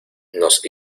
nos